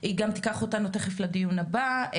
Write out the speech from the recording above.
היא גם תיקח אותנו תיכף לדיון הבא.